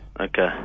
Okay